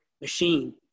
machine